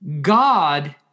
God